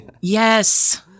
Yes